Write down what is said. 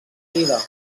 vida